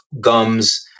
gums